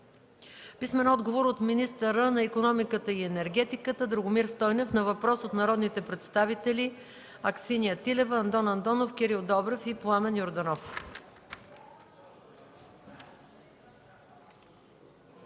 Младенов; - министъра на икономиката и енергетиката Драгомир Стойнев на въпрос от народните представители Аксения Тилева, Андон Андонов, Кирил Добрев и Пламен Йорданов.